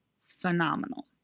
phenomenal